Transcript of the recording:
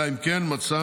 אלא אם כן מצא